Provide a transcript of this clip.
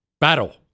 Battle